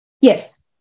Yes